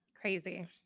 Crazy